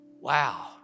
Wow